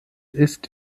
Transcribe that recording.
ist